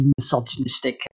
misogynistic